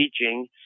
teaching